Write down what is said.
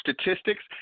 statistics